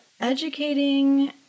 educating